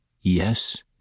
Yes